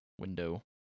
window